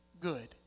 good